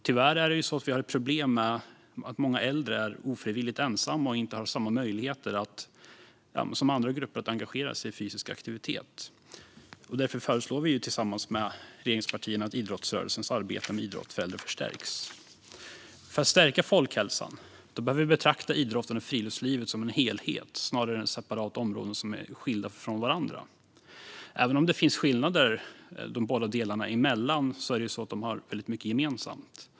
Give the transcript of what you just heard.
Tyvärr är det ju så att det finns problem med att många äldre är ofrivilligt ensamma och inte har samma möjligheter som andra grupper att engagera sig i fysisk aktivitet. Därför föreslår vi sverigedemokrater tillsammans med regeringspartierna att idrottsrörelsens arbete med idrott för äldre förstärks. För att stärka folkhälsan behöver idrotten och friluftslivet betraktas som en helhet snarare än separata områden, skilda från varandra. Även om det finns skillnader dem emellan har de väldigt mycket gemensamt.